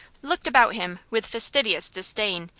looked about him with fastidious disdain,